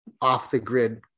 off-the-grid